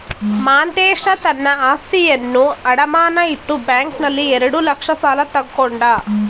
ಮಾಂತೇಶ ತನ್ನ ಆಸ್ತಿಯನ್ನು ಅಡಮಾನ ಇಟ್ಟು ಬ್ಯಾಂಕ್ನಲ್ಲಿ ಎರಡು ಲಕ್ಷ ಸಾಲ ತಕ್ಕೊಂಡ